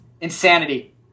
Insanity